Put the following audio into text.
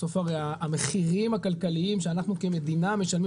בסוף המחירים הכלכליים שאנחנו כמדינה משלמים